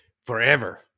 forever